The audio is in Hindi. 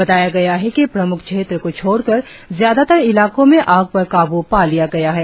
बताया गया है कि प्रम्ख क्षेत्र को छोड़कर ज़्यादातर इलाकों में आग पर काबू पा लिया गया है